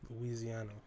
Louisiana